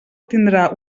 tindrà